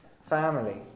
family